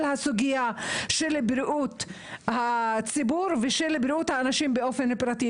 הסוגיה של בריאות הציבור ושל בריאות האנשים באופן פרטי,